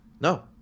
No